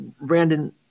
Brandon